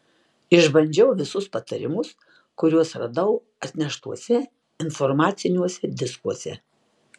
išbandžiau visus patarimus kuriuos radau atneštuose informaciniuose diskuose